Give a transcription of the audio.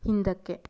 ಹಿಂದಕ್ಕೆ